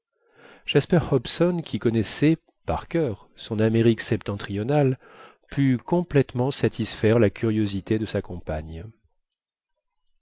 jasper hobson qui connaissait par coeur son amérique septentrionale put complètement satisfaire la curiosité de sa compagne